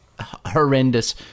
horrendous